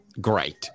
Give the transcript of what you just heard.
Great